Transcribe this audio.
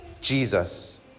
Jesus